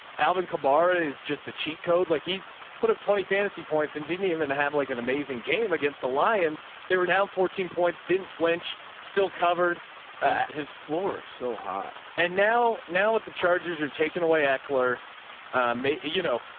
alvin kamara is just a cheat code. like he put up twenty fantasy points and didn't even um and have like an amazing game against the lions. they were down fourteen points. didn't flinch still covered his floor so high. and now, now with the charges are taken away. eckler may, ah you know,